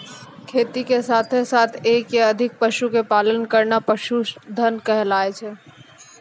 खेती के साथॅ साथॅ एक या अधिक पशु के पालन करना पशुधन कहलाय छै